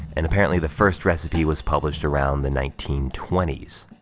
and apparently the first recipe was published around the nineteen twenty s.